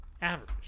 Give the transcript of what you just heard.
average